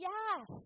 Yes